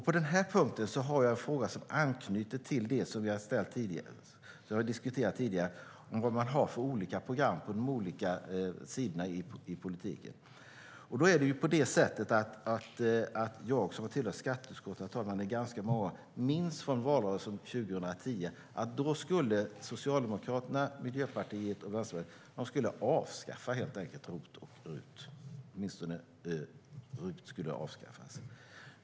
På den här punkten har jag en fråga som anknyter till vilka program de olika sidorna i politiken har, vilket vi har diskuterat tidigare. Jag som har tillhört skatteutskottet i ganska många år, herr talman, minns från valrörelsen 2010 att Socialdemokraterna, Miljöpartiet och Vänsterpartiet då helt enkelt skulle avskaffa ROT och RUT - åtminstone RUT skulle avskaffas.